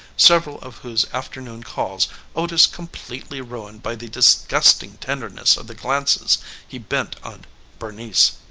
several of whose afternoon calls otis completely ruined by the disgusting tenderness of the glances he bent on bernice.